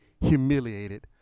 humiliated